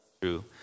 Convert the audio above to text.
true